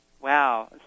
Wow